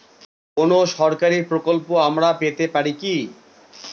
কোন সরকারি প্রকল্প আমরা পেতে পারি কি?